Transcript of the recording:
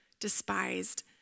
despised